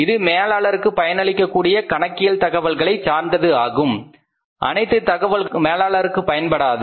இது மேலாளருக்கு பயன்படக் கூடிய கணக்கியல் தகவல்களை சார்ந்தது ஆகும் அனைத்து தகவல்களும் மேலாளருக்கு பயன்படாது